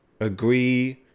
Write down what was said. agree